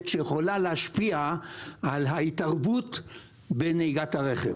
שיכולה להשפיע על ההתערבות בנהיגת הרכב.